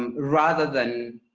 um rather than.